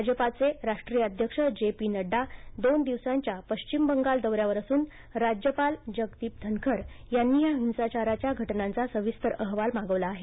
भाजपाचे राष्ट्रीय अध्यक्ष जे पी नडडा दोन दिवसाच्या पश्चिम बंगाल दौऱ्यावर असून राज्यपाल जगदीप धनखर यांनी या हिंसाचाराच्या घटनांचा सविस्तर अहवाल मागवला आहे